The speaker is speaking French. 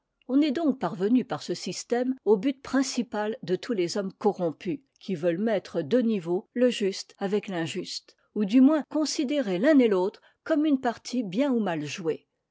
on est donc parvenu par ce système au but principal de tous les hommes corrompus qui veulent mettre de niveau le juste avec l'injuste ou du moins considérer l'un et l'autre comme une partie bien ou mal jouée